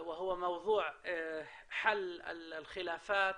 באלימות ובפשיעה.